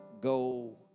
go